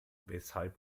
weshalb